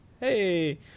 Hey